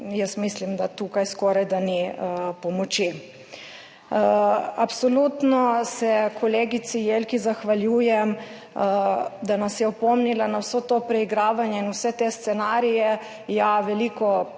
Mislim, da tukaj skorajda ni pomoči. Absolutno se kolegici Jelki zahvaljujem, da nas je opomnila na vse to preigravanje in vse te scenarije. Ja, veliko preigravamo,